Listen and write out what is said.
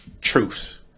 truths